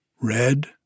red